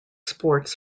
sports